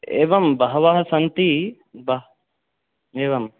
एवं बहवः सन्ति एवं